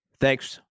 thanks